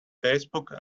facebook